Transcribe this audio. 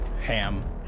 ham